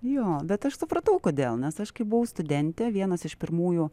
jo bet aš supratau kodėl nes aš kai buvau studentė vienas iš pirmųjų